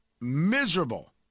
miserable